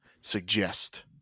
suggest